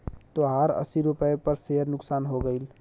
तोहार अस्सी रुपैया पर सेअर नुकसान हो गइल